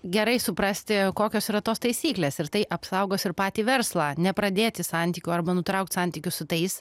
gerai suprasti kokios yra tos taisyklės ir tai apsaugos ir patį verslą nepradėti santykių arba nutraukt santykius su tais